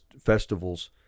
festivals